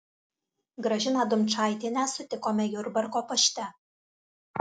gražiną dumčaitienę sutikome jurbarko pašte